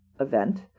event